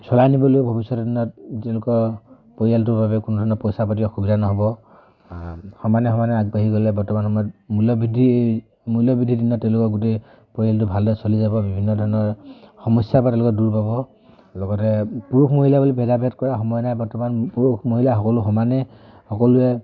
চলাই নিবলৈ ভৱিষ্যতৰ দিনত তেওঁলোকৰ পৰিয়ালটোৰ বাবে কোনো ধৰণৰ পইচা পাতিৰ অসুবিধা নহ'ব সমানে সমানে আগবাঢ়ি গ'লে বৰ্তমান সময়ত মূল্যবৃদ্ধি মূল্যবৃদ্ধিৰ দিনত তেওঁলোকৰ গোটেই পৰিয়ালটো ভালদৰে চলি যাব বিভিন্ন ধৰণৰ সমস্যাৰ পৰা তেওঁলোকে দূৰ পাব লগতে পুৰুষ মহিলা বুলি ভেদাভেদ কৰাৰ সময় নাই বৰ্তমান পুৰুষ মহিলা সকলো সমানেই সকলোৱে